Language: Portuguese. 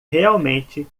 realmente